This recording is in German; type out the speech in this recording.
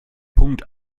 punkt